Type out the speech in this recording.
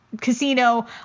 casino